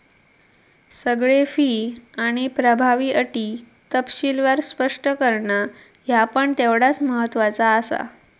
सगळे फी आणि प्रभावी अटी तपशीलवार स्पष्ट करणा ह्या पण तेवढाच महत्त्वाचा आसा